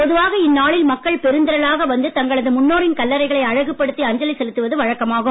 பொதுவாக இந்நாளில் மக்கள் பெருந்திரளாக வந்து தங்களது முன்னோரின் கல்லறைகளை அழகுபடுத்தி அஞ்சலி செலுத்துவது வழக்கமாகும்